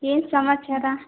ಏನು ಸಮಾಚಾರ